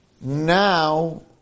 Now